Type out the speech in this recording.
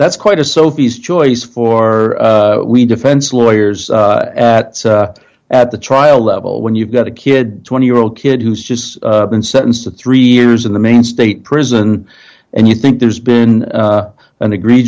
that's quite a sophie's choice for we defense lawyers that at the trial level when you've got a kid twenty year old kid who's just been sentenced to three years in the main state prison and you think there's been an egre